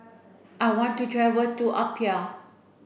I want to travel to Apia